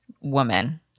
woman